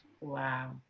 Wow